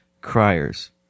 Criers